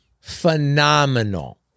Phenomenal